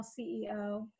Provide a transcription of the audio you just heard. CEO